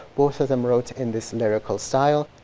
both of them wrote in this lyrical style.